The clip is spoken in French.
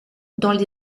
dans